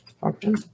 function